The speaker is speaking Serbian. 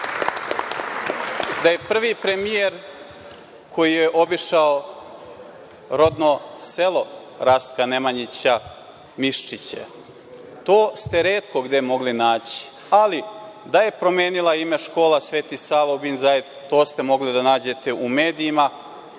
da je prvi premijer koji je obišao rodno selo Rastka Nemanjića Miščiće. To ste retko gde mogli naći. Ali, da je promenila ime škola „Sveti Sava“ u „Bin Zaid“, to ste mogli da nađete u medijima.